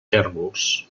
tèrbols